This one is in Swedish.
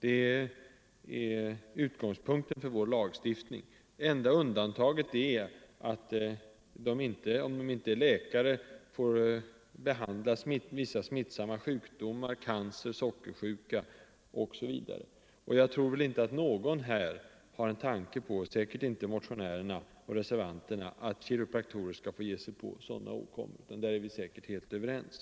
Enda undantaget är att de Nr 109 inte — om de inte är läkare — får behandla vissa smittosamma sjukdomar, Onsdagen den cancer, sockersjuka osv. Jag tror inte att någon här — säkert inte motionärerna — 30 oktober 1974 eller reservanterna — har en tanke på att kiropraktorer skall ge sig in på sådana åkommor. Där är vi säkert helt överens.